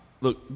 look